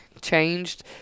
changed